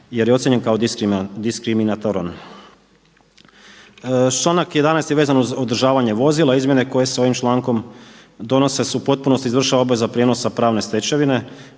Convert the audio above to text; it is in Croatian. jer je ocijenjen kao diskriminatoran. Članak 11. je vezan uz održavanje vozila, izmjene koje se s ovim člankom donose se u potpunosti izvršava obveza prijenosa pravne stečevine.